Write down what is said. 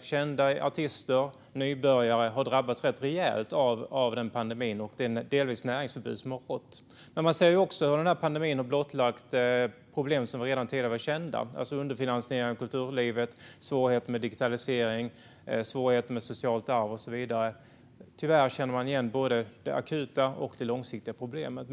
kända artister och nybörjare har drabbats rätt rejält av pandemin och det näringsförbud som delvis har rått. Men man ser också hur pandemin har blottlagt problem som redan tidigare var kända. Det handlar om underfinansiering av kulturlivet, svårigheter med digitalisering, svårigheter med socialt arv och så vidare. Tyvärr känner man igen både det akuta problemet och det långsiktiga problemet.